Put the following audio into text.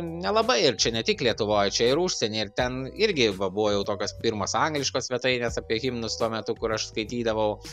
nelabai ir čia ne tik lietuvoj čia ir užsieny ir ten irgi va buvo jau tokios pirmos angliškos svetainės apie himnus tuo metu kur aš skaitydavau